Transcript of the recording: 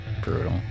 Brutal